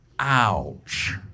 Ouch